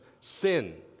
sin